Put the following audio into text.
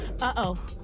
Uh-oh